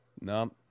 No